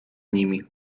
nimi